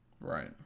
Right